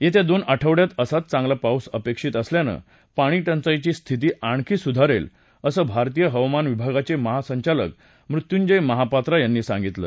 येत्या दोन आठवडयात असाच चांगला पाऊस अपेक्षित असल्यानं पाणीटंचाईची स्थिती आणखी सुधारेल असं भारतीय हवामान विभागाचे महासंचालक मृत्यंजय महापात्रा यांनी सांगितलं